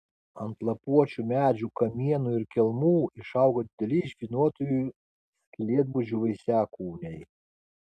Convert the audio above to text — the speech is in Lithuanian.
ant lapuočių medžių kamienų ir kelmų išauga dideli žvynuotųjų skylėtbudžių vaisiakūniai